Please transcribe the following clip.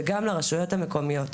וגם לרשויות המקומיות.